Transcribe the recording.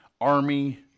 army